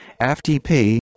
FTP